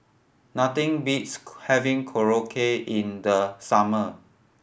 nothing beats having Korokke in the summer